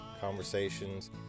conversations